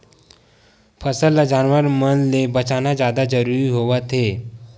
फसल ल जानवर मन ले बचाना जादा जरूरी होवथे